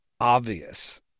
obvious